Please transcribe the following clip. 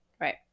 Right